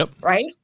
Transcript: Right